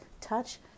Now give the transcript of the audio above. touch